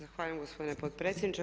Zahvaljujem gospodine potpredsjedniče.